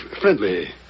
friendly